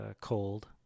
cold